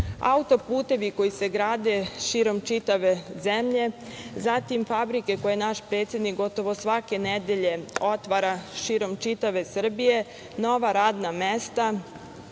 auto-putevi koji se grade širom čitave zemlje, zatim fabrike koje naš predsednik gotovo svake nedelje otvara širom čitave Srbije, nova radna mesta,